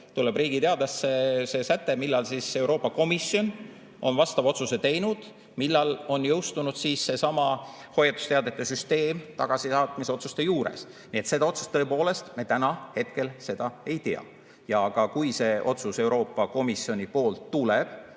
hiljem Riigi Teatajasse see säte, millal Euroopa Komisjon on vastava otsuse teinud, millal on jõustunud seesama hoiatusteadete süsteem tagasisaatmisotsuste juures, nii et seda otsust tõepoolest me hetkel ei tea. Kui see otsus Euroopa Komisjoni poolt tuleb,